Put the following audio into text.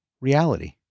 reality